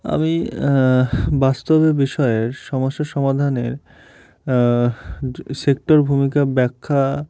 আমি বাস্তবে বিষয়ের সমস্য্যা সমাধানের সেক্টর ভূমিকা ব্যাখ্যা